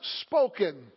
spoken